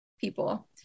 people